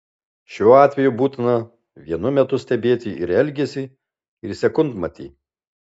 šiuo atveju būtina vienu metu stebėti ir elgesį ir sekundmatį